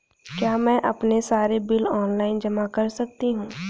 क्या मैं अपने सारे बिल ऑनलाइन जमा कर सकती हूँ?